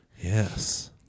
Yes